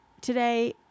today